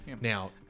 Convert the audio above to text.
Now